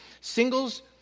singles